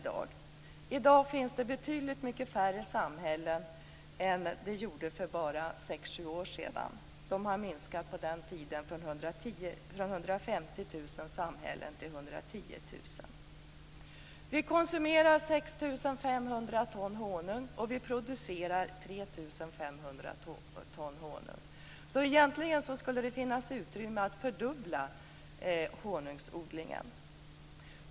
I dag finns det betydligt färre samhällen än för bara sex sju år sedan. Antalet samhällen har på denna tid minskat från 150 000 till 110 000. Vi konsumerar 6 500 ton honung, och vi producerar 3 500 ton honung. Så egentligen skulle det finnas utrymme för att fördubbla honungsodlingen.